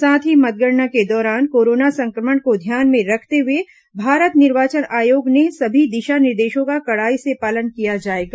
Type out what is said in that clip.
साथ ही मतगणना के दौरान कोरोना संक्रमण को ध्यान में रखते हुए भारत निर्वाचन आयोग के सभी दिशा निर्देशों का कड़ाई से पालन किया जाएगा